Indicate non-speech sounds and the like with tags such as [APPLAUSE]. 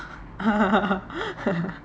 [LAUGHS]